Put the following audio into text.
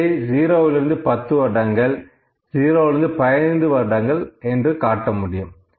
வயதை 0லிருந்து 10 வருடங்கள் 0லிருந்து 15 வருடங்கள் என்று காட்ட முடியும்